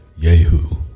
Yehu